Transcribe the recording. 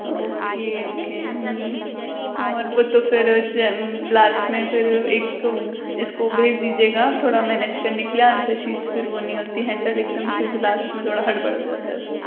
okay okay और वो तो फिर लास्ट में फिर एक इसको भेज दीजिएगा थोड़ा मैनेज करने के लिए आन्सर शीट्स फिर वो नहीं होती हैन्डल एक दम से लास्ट में थोड़ा हड़ बड़ हो जाती है तो